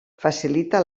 facilita